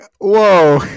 whoa